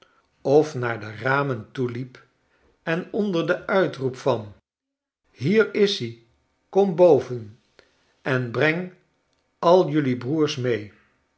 of naar de ramen toeliep en onder den uitroep van hier is-i kom boven en breng al jelui broers mee